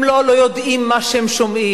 הם לא "לא יודעים מה שהם שומעים"